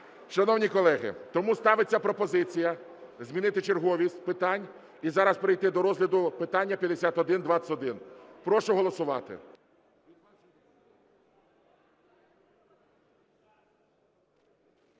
Шановні колеги, тому ставиться пропозиція змінити черговість питань і зараз перейти до розгляду питання 5121. Прошу голосувати.